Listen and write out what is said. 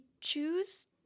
choose